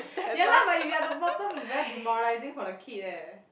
ya lah but if you at the bottom you very demoralizing for the kid eh